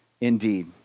indeed